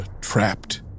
trapped